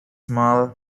small